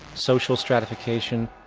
social stratification,